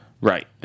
Right